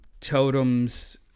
totems